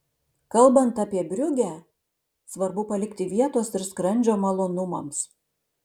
kalbant apie briugę svarbu palikti vietos ir skrandžio malonumams